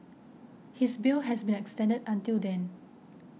his bail has been extended until then